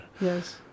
Yes